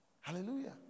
Hallelujah